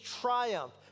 triumph